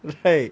right